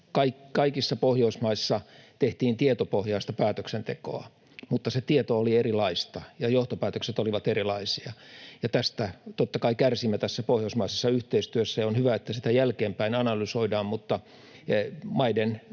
kaikissa Pohjoismaissa tehtiin tietopohjaista päätöksentekoa, mutta se tieto oli erilaista ja johtopäätökset olivat erilaisia, ja tästä totta kai kärsimme tässä pohjoismaisessa yhteistyössä. On hyvä, että sitä jälkeenpäin analysoidaan, mutta maiden